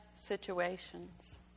situations